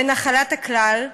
וכנחלת הכלל,